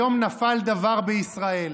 היום נפל דבר בישראל.